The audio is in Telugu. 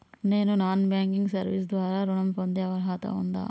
నేను నాన్ బ్యాంకింగ్ సర్వీస్ ద్వారా ఋణం పొందే అర్హత ఉందా?